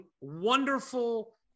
wonderful